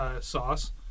sauce